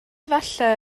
falle